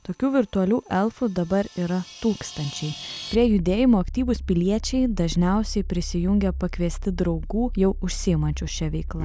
tokių virtualių elfų dabar yra tūkstančiai prie judėjimo aktyvūs piliečiai dažniausiai prisijungia pakviesti draugų jau užsiimančių šia veikla